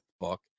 book